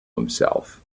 himself